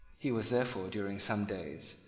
he was therefore, during some days,